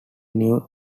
new